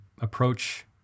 approach